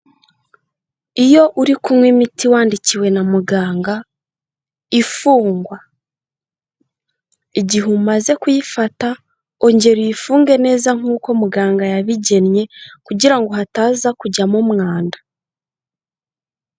Iyo uri kunywa imiti wandikiwe na muganga ifungwa, igihe umaze kuyifata ongera uyifunge neza nk'uko muganga yabigennye kugira ngo hataza kujyamo umwanda.